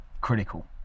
critical